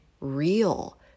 real